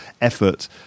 effort